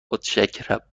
متشکرم